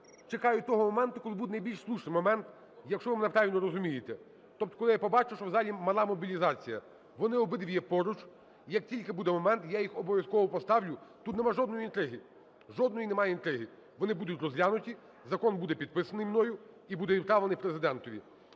чекаю того моменту, коли буде найбільш слушний момент, якщо ви мене правильно розумієте, тобто коли я побачу, що в залі мала мобілізація. Вони обидві є поруч, як тільки буде момент, я їх обов'язково поставлю, тут немає жодної інтриги. Жодної немає інтриги, вони будуть розглянуті, закон буде підписаний мною і буде відправлений Президентові.